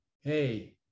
Hey